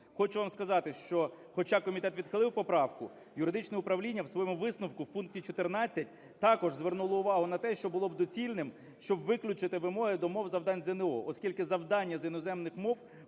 Хочу вам сказати, що хоча комітет відхилив поправку, юридичне управління у своєму висновку у пункті 14 також звернуло увагу на те, що було б доцільним, щоб виключити вимоги до мов завдань ЗНО, оскільки завдання з іноземних мов